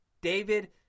David